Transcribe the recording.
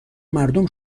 مردم